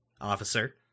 officer